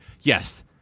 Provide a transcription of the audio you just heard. Yes